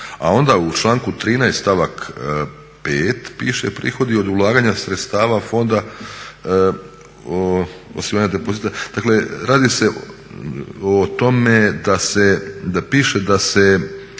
A onda u članku 13. stavak 5. piše prihodi od ulaganja sredstava Fonda osiguranja depozita, dakle radi se o tome da piše da se